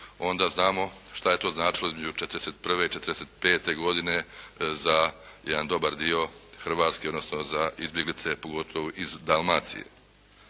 onda znamo šta je to značilo između 41. i 45. godine za jedan dobar dio Hrvatske, odnosno za izbjeglice pogotovo iz Dalmacije.